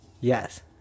Yes